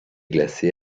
glacé